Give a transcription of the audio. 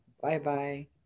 Bye-bye